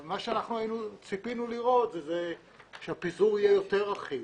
אנחנו ציפינו לראות שהפיזור יהיה יותר אחיד.